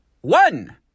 one